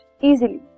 easily